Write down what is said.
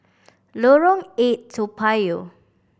Lorong Eight Toa Payoh